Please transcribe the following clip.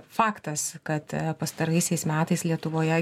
faktas kad pastaraisiais metais lietuvoje